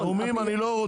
נאומים אני לא רוצה.